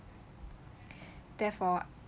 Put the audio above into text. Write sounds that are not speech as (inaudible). (breath) therefore